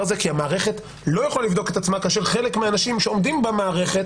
הזה כי המערכת לא יכולה לבדוק את עצמה כאשר חלק מהאנשים שעומדים במערכת